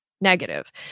negative